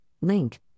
link